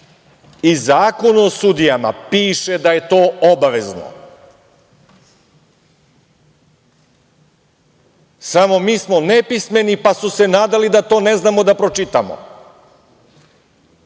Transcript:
u Zakonu u sudijama piše da je to obavezno. Samo mi smo nepismeni, pa su se nadali da to ne znamo da pročitamo.